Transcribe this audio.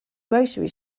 grocery